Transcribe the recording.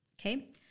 Okay